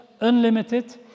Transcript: unlimited